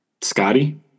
Scotty